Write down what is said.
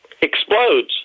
explodes